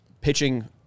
pitching